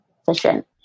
efficient